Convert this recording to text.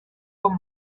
con